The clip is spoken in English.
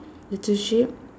the two sheep